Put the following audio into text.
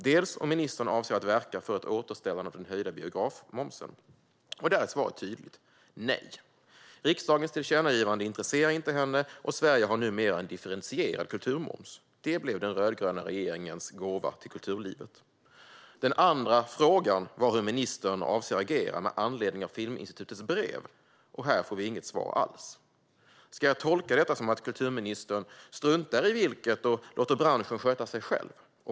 Den första var om ministern avser att verka för ett återställande av den höjda biografmomsen. Där är svaret ett tydligt nej. Riksdagens tillkännagivande intresserar henne inte. Sverige har numera en differentierad kulturmoms. Det blev den rödgröna regeringens gåva till kulturlivet. Den andra frågan var hur ministern avser att agera med anledning av Filminstitutets brev. Här får vi inget svar alls. Ska jag tolka detta som att kulturministern struntar i hur det blir och låter branschen sköta sig själv?